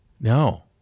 No